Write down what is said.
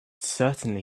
certainly